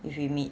if we meet